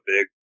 big